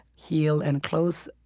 heal and close